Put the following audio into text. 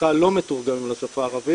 לא מתורגמים לשפה הערבית,